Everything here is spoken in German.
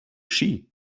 ski